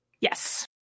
Yes